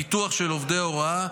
בפיתוח של עובדי הוראה,